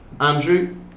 Andrew